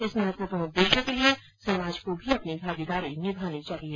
इस महत्वपूर्ण उद्देश्य के लिए समाज को भी अपनी भागीदारी निभानी चाहिए